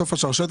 בסוף השרשרת,